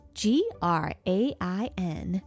grain